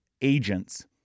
agents